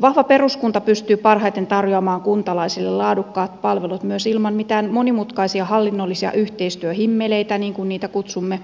vahva peruskunta pystyy parhaiten tarjoamaan kuntalaisille laadukkaat palvelut myös ilman mitään monimutkaisia hallinnollisia yhteistyöhimmeleitä niin kuin niitä kutsumme